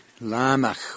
Lamech